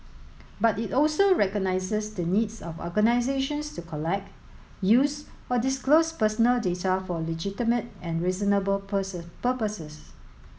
but it also recognises the needs of organisations to collect use or disclose personal data for legitimate and reasonable person purposes